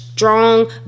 strong